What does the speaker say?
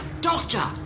Doctor